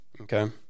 Okay